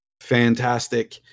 Fantastic